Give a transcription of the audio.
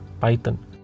python